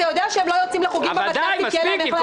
אתה יודע שהם לא יוצאים לחוגים במתנ"סים כי אין להם איך להגיע?